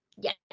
Yes